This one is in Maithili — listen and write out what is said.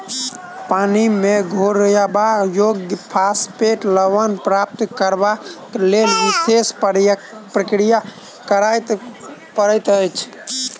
पानि मे घोरयबा योग्य फास्फेट लवण प्राप्त करबाक लेल विशेष प्रक्रिया करय पड़ैत छै